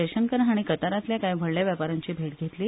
जयशंकर हाणी कतारातल्या काय व्हडल्या वेपाऱ्यांची भेट घेतली